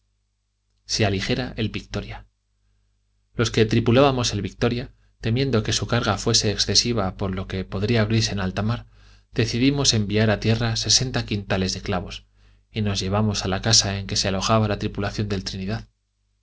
se aligera el victoria los que tripulábamos el victoria temiendo que su carga fuese excesiva por lo que podría abrirse en alta mar decidimos enviar a tierra sesenta quintales de clavos y los llevamos a la casa en que se alojaba la tripulación del trinidad